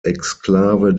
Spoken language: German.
exklave